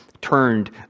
turned